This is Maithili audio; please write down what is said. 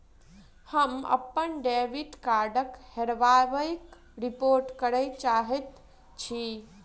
हम अप्पन डेबिट कार्डक हेराबयक रिपोर्ट करय चाहइत छि